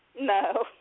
No